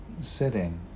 sitting